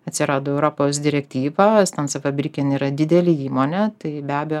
atsirado europos direktyvos stanse fabriken yra didelė įmonė tai be abejo